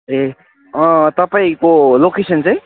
ए तपाईँको लोकेसन चाहिँ